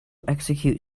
execute